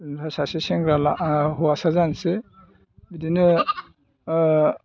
ओमफ्राय सासे सेंग्रा हौवासा जानोसै बिदिनो